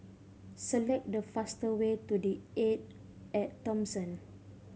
select the fast way to The Arte At Thomson